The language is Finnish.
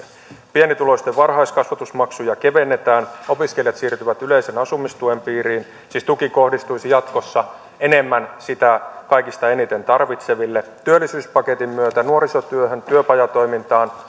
pienituloisten varhaiskasvatusmaksuja kevennetään opiskelijat siirtyvät yleisen asumistuen piiriin siis tuki kohdistuisi jatkossa enemmän sitä kaikista eniten tarvitseville työllisyyspaketin myötä nuorisotyöhön työpajatoimintaan